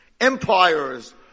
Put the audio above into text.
empires